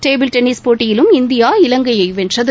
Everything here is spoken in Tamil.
டேபிள் டென்னிஸ் போட்டியிலும் இந்தியா இலங்கையை வென்றது